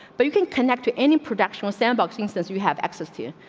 but you can connect to any production of sand boxing says we have access to you,